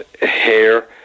hair